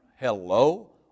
Hello